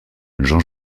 jean